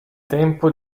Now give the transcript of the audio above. tempo